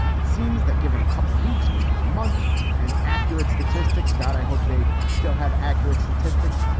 it seems that given a couple of weeks, maybe a month and accurate statistics, god, i hope they still have accurate statistics.